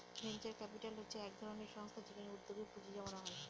venture capital হচ্ছে এক ধরনের সংস্থা যেখানে উদ্যোগে পুঁজি জমানো হয়